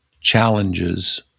challenges